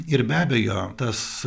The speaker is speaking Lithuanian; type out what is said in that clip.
ir be abejo tas